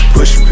Push